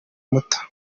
muto